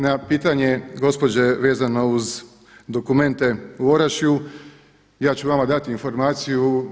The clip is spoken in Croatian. Na pitanje gospođe vezano uz dokumente u Orašju ja ću vama dati informaciju.